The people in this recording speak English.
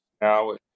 now